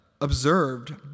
observed